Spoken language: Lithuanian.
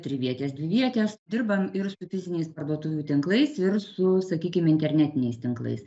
trivietės dvivietės dirbam ir su fiziniais parduotuvių tinklais ir su sakykim internetiniais tinklais